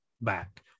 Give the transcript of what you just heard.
back